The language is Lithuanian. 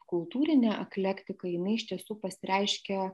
kultūrine eklektika jinai iš tiesų pasireiškia